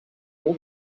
all